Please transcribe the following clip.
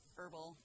herbal